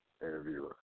interviewer